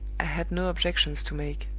i had no objections to make.